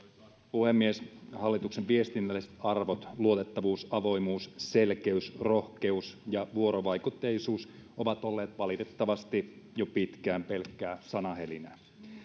puhemies hallituksen viestinnälliset arvot luotettavuus avoimuus selkeys rohkeus ja vuorovaikutteisuus ovat olleet valitettavasti jo pitkään pelkkää sanahelinää